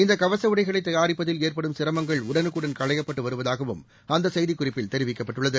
இந்த கவச உடைகளை தயாரிப்பதில் ஏற்படும் சிரமங்கள் உடனுக்குடன் களையப்பட்டு வருவதாகவும் அந்த செய்திக்குறிப்பில் தெரிவிக்கப்பட்டுள்ளது